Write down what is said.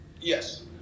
Yes